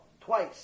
twice